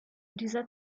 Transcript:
dieser